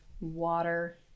water